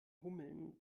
hummeln